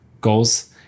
goals